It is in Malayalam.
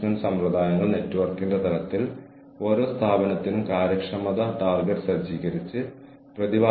ഞാൻ ഉത്പാദിപ്പിക്കുന്നത് വ്യത്യസ്ത ആളുകൾ ഉത്പാദിപ്പിക്കുന്നത് വ്യത്യസ്ത സ്ഥലങ്ങളിൽ ശേഖരിക്കപ്പെടുന്നു